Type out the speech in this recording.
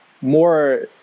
more